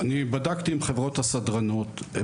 בדקתי עם חברות הסדרנות.